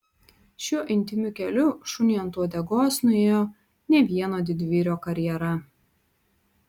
šiuo intymiu keliu šuniui ant uodegos nuėjo ne vieno didvyrio karjera